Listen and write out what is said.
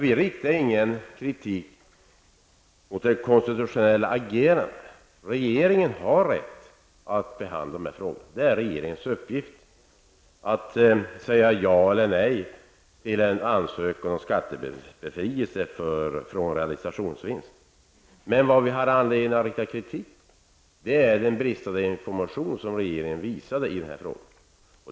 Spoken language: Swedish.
Vi riktar ingen kritik mot det konstitutionella agerandet. Regeringen har rätt att behandla dessa frågor. Det är regeringens uppgift att säga ja eller nej till en ansökan om skattebefrielse vid realisationsvinst. Det vi har anledning att rikta kritik emot är den bristande informationen från regeringen i denna fråga.